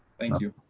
thank you.